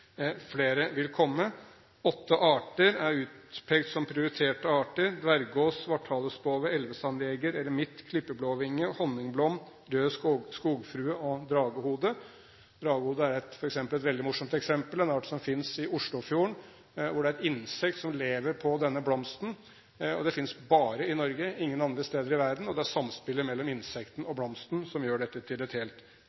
Flere vil komme. Åtte arter er utpekt som prioriterte arter: dverggås, svarthalespove, elvesandjeger, eremitt, klippeblåvinge, honningblom, rød skogfrue og dragehode. Dragehodet er et veldig morsomt eksempel. Det er en art som finnes ved Oslofjorden, hvor det er et innsekt som lever på denne blomsten. Den finnes bare i Norge – ingen andre steder i verden – og det er samspillet mellom insektet og